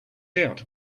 out